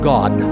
God